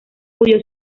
cuyo